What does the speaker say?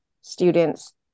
students